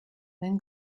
then